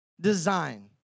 design